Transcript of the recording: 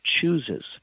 chooses